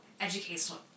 educational